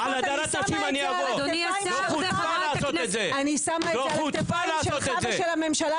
שלא מוכנה לראות אותן כשוות ושגורמת להם לשלם מאוד יקר כולל בחייהם.